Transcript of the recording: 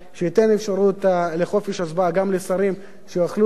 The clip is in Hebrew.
לחופש הצבעה גם לשרים שיוכלו לבוא ולהכריע,